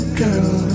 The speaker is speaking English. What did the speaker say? girl